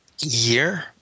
Year